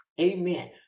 amen